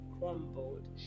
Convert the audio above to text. crumbled